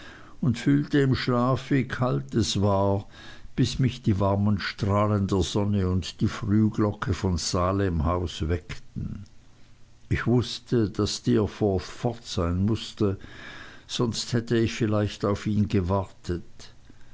und fühlte im schlaf wie kalt es war bis mich die warmen strahlen der sonne und die frühglocke von salemhaus weckten ich wußte daß steerforth fort sein mußte sonst hätte ich vielleicht auf ihn gewartet